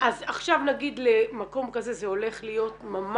אז עכשיו נגיד למקום כזה זה הולך להיות ממש